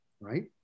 right